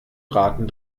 raten